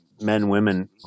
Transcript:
men-women